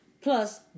Plus